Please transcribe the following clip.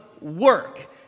work